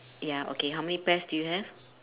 ya okay how many pears do you have